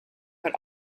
but